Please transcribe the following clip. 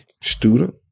student